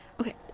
Okay